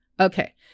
Okay